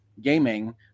gaming